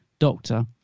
Doctor